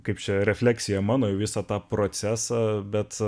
kaip čia refleksija mano į visą tą procesą bet